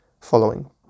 following